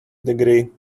degree